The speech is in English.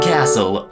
Castle